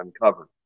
uncovered